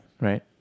Right